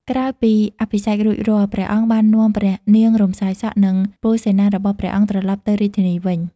ក្រោយពីអភិសេករួចរាល់ ព្រះអង្គបាននាំព្រះនាងរំសាយសក់ និងពលសេនារបស់ព្រះអង្គត្រឡប់ទៅរាជធានីវិញ។